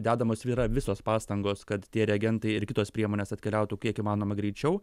dedamos yra visos pastangos kad tie reagentai ir kitos priemonės atkeliautų kiek įmanoma greičiau